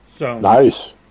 Nice